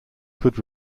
could